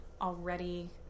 already